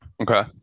Okay